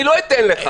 אני לא אתן לך.